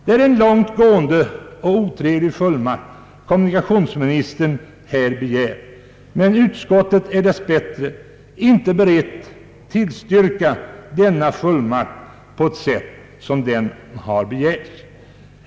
Det är en långt gående och otrevlig fullmakt som kommunikationsministern här begär, men utskottet är dess bättre inte berett att tillstyrka denna fullmakt på det sätt som har begärts.